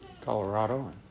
Colorado